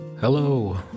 Hello